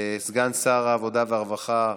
186 לסגן שר העבודה והרווחה.